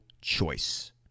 choice